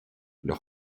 leur